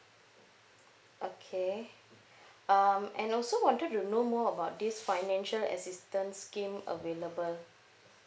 okay um and also wanted to know more about this financial assistance scheme available